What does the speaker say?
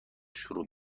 شروع